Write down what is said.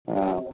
ஆ